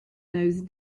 those